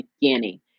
beginning